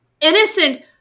innocent